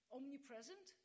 omnipresent